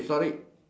du~